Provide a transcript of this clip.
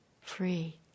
free